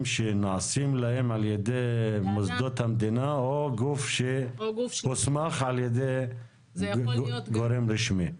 שנעשים להם על ידי מוסדות המדינה או גוף שהוסמך על ידי גורם רשמי.